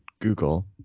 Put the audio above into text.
Google